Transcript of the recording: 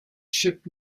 ship